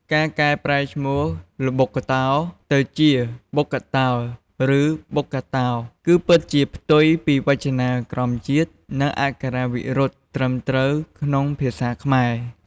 ការកែប្រែឈ្មោះ ល្បុក្កតោ ទៅជា បុក្កតោឬ បុកកាតោ គឺពិតជា ផ្ទុយពីវចនានុក្រមជាតិ និងអក្ខរាវិរុទ្ធត្រឹមត្រូវក្នុងភាសាខ្មែរ។